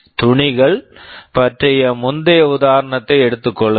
துணிகள் பற்றிய முந்தைய உதாரணத்தை எடுத்துக் கொள்ளுங்கள்